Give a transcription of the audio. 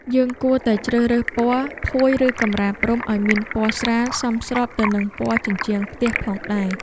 យើងគួរតែជ្រើសរើសពណ៌ភួយឬកម្រាលព្រំឱ្យមានពណ៌ស្រាលសមស្របទៅនឹងពណ៌ជញ្ជាំងផ្ទះផងដែរ។